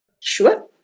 sure